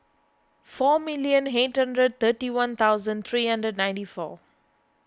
four million eight hundred thirty one thousand three hundred ninety four